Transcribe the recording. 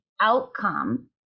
outcome